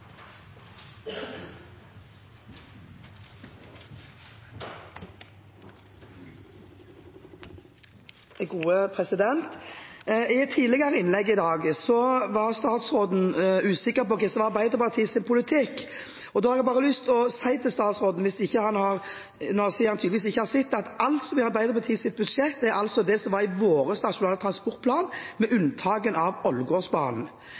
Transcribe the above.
I et tidligere innlegg i dag var statsråden usikker på hva som er Arbeiderpartiets politikk. Da har jeg bare lyst til å si til statsråden, siden han tydeligvis ikke har sett det, at alt som er Arbeiderpartiets budsjett, er det som var i vår NTP, med unntak av